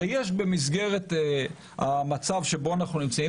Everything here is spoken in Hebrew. הרי במסגרת המצב שבו אנחנו נמצאים,